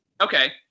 Okay